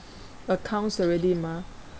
accounts already mah